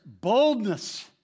boldness